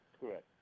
Correct